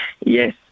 Yes